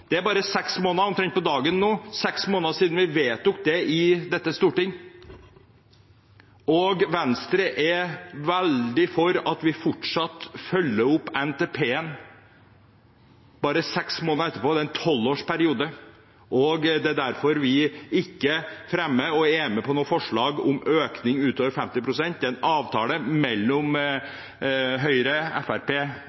dette storting. Venstre er veldig for at vi fortsatt følger opp NTP-en bare 6 måneder etterpå – det er en 12-årsperiode, og derfor fremmer vi ikke eller er med på noe forslag om økning utover 50 pst. Det er en avtale mellom